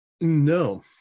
No